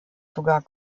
sogar